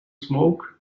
smoke